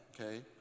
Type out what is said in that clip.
okay